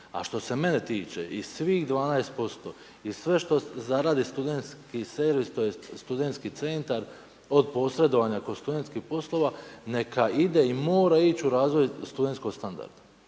A što se mene tiče i svih 12% i sve što zaradi studentski servis tj. studentski centar od posredovanja kod studentskih poslova neka ide i mora ići u razvoj studentskog standarda